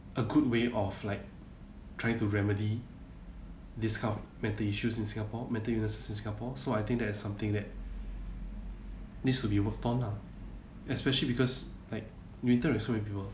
a good way of like trying to remedy this kind of mental issues in singapore mental illnesses in singapore so I think that is something that needs to be worked on ah especially because like